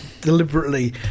Deliberately